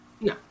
No